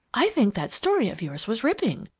i think that story of yours was ripping,